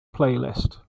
playlist